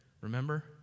Remember